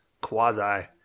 quasi